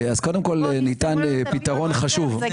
אפשר גם